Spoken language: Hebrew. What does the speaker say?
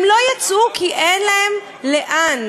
הם לא יצאו, כי אין להם לאן.